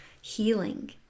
healing